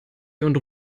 und